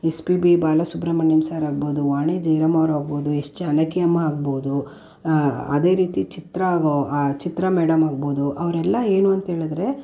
S P B Balasubrahmanyam sir ಆಗ್ಬೋದು ವಾಣಿ ಜಯರಾಮ್ ಅವ್ರು ಆಗ್ಬೋದು ಎಸ್ ಜಾನಕಿಯಮ್ಮ ಆಗ್ಬೋದು ಅದೇ ರೀತಿ ಚಿತ್ರ ಚಿತ್ರ ಮೇಡಮ್ ಆಗ್ಬೋದು ಅವರೆಲ್ಲ ಏನು ಅಂತ್ಹೇಳಿದ್ರೆ